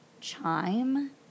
chime